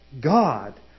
God